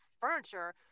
furniture